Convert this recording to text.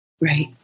right